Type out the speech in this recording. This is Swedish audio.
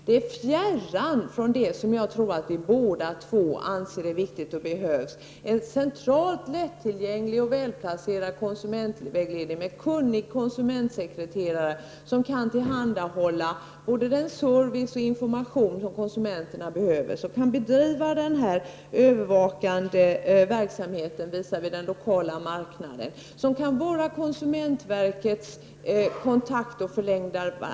Det är fjärran från det som jag tror att vi båda två anser är viktigt och behövs, dvs. en centralt, lättillgänglig och välplacerad konsumentvägledning med en kunnig konsumentsekreterare som kan tillhandahålla både den service och den information som konsumenterna behöver, som kan bedriva den övervakande verksamheten visavi den lokala marknaden och som kan vara konsumentverkets kontakt och förlängda arm.